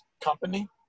company